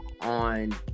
on